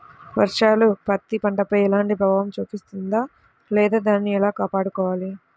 వర్షాలు పత్తి పంటపై ఎలాంటి ప్రభావం చూపిస్తుంద లేదా దానిని ఎలా కాపాడుకోవాలి?